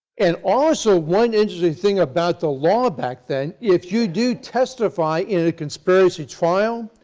and also one interesting thing about the law back then if you do testify in a conspiracy trial,